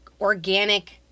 organic